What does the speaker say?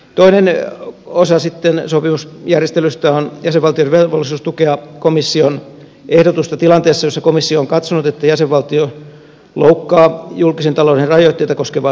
toinen osa sopimusjärjestelystä on jäsenvaltioiden velvollisuus tukea komission ehdotusta tilanteessa jossa komissio on katsonut että jäsenvaltio loukkaa julkisen talouden rajoitteita koskevaa sääntelyä